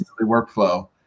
workflow